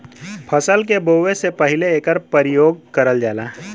फसल के बोवे से पहिले एकर परियोग करल जाला